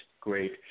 great